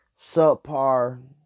subpar